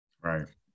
Right